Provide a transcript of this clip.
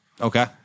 Okay